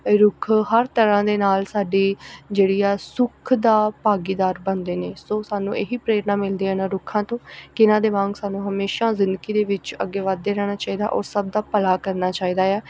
ਰੁੱਖ ਹਰ ਤਰ੍ਹਾਂ ਦੇ ਨਾਲ ਸਾਡੀ ਜਿਹੜੀ ਆ ਸੁੱਖ ਦਾ ਭਾਗੀਦਾਰ ਬਣਦੇ ਨੇ ਸੋ ਸਾਨੂੰ ਇਹੀ ਪ੍ਰੇਰਣਾ ਮਿਲਦੀ ਆ ਇਹਨਾਂ ਰੁੱਖਾਂ ਤੋਂ ਕਿ ਇਹਨਾਂ ਦੇ ਵਾਂਗ ਸਾਨੂੰ ਹਮੇਸ਼ਾ ਜ਼ਿੰਦਗੀ ਦੇ ਵਿੱਚ ਅੱਗੇ ਵੱਧਦੇ ਰਹਿਣਾ ਚਾਹੀਦਾ ਔਰ ਸਭ ਦਾ ਭਲਾ ਕਰਨਾ ਚਾਹੀਦਾ ਆ